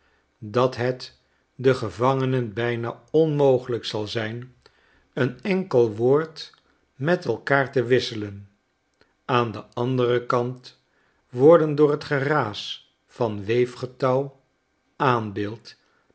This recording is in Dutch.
dat het den gevangenen bijna onmogelijk zal zijn een enkel woord met elkaar te wisselen aan den anderen kant worden door tgeraas van weefgetouw aanbeeld